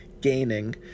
gaining